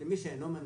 מי שאינו מנוי.